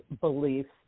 beliefs